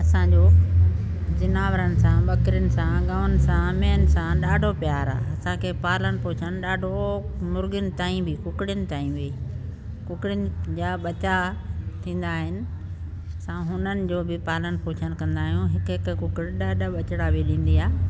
असां जो जिनावरनि सां ॿकिरियुनि सां ॻउनि सां मेंहुंनि सां ॾाढो प्यार आहे असां खे पालण पोषण ॾाढो मुर्ॻिन ताईं बि कुकिड़ियुनि ताईं बि कुकिड़ियुनि जा ॿचा थींदा आहिनि असां हुननि जो बि पालण पोषण कंदा आहियूं हिक हिक कुकिड़ी ॾह ॾह ॿचिड़ा वेलींदी आहे